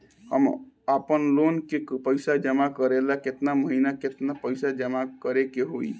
हम आपनलोन के पइसा जमा करेला केतना महीना केतना पइसा जमा करे के होई?